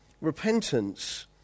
Repentance